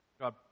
God